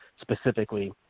specifically